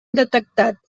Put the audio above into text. detectat